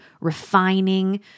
refining